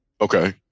Okay